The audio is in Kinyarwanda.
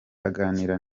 aganira